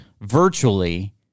virtually